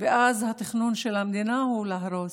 ואז התכנון של המדינה הוא להרוס.